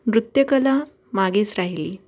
नृत्यकला मागेच राहिली